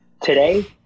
Today